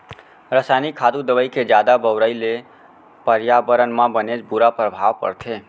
रसायनिक खातू, दवई के जादा बउराई ले परयाबरन म बनेच बुरा परभाव परथे